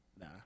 Nah